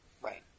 Right